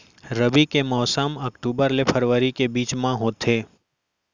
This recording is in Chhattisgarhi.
रबी के मौसम अक्टूबर ले फरवरी के बीच मा होथे